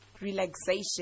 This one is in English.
relaxation